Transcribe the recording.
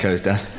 Dad